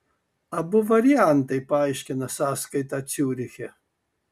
abu variantai paaiškina sąskaitą ciuriche